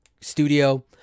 studio